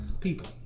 People